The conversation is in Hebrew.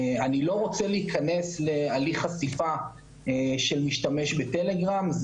אני לא רוצה להיכנס להליך חשיפה של משתמש בטלגרם,